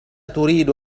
تريد